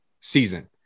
season